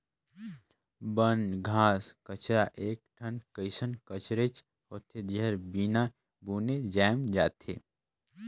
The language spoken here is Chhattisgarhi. बन, घास कचरा एक ठन कइसन कचरेच होथे, जेहर बिना बुने जायम जाथे